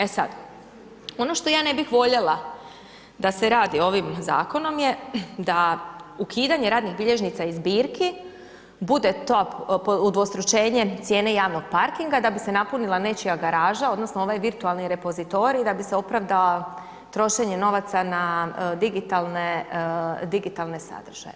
E sada, ono što ja ne bih voljela da se radi ovim zakonom je da ukidanje radnih bilježnica i zbirki bude to udvostručenje cijene javnog parkinga da bi se napunila nečija garaža odnosno ovaj virtualni repozitorij da bi se opravdalo trošenje novaca na digitalne sadržaje.